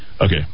Okay